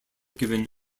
given